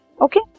okay